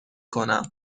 کنم